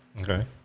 Okay